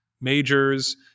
majors